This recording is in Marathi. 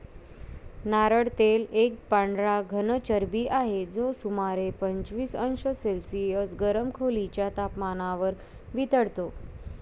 नारळ तेल एक पांढरा घन चरबी आहे, जो सुमारे पंचवीस अंश सेल्सिअस गरम खोलीच्या तपमानावर वितळतो